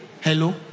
hello